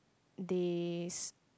they